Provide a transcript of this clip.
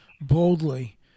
boldly